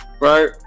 Right